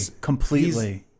completely